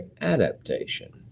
adaptation